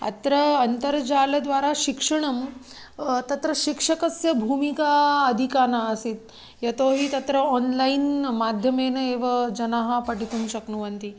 अत्र अन्तर्जालद्वारा शिक्षणं तत्र शिक्षकस्य भूमिका अधिका न आसीत् यतोहि तत्र आन्लैन् माध्यमेन एव जनाः पठितुं शक्नुवन्ति